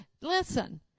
listen